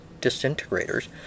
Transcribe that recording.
disintegrators